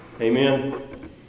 Amen